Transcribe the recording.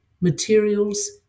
materials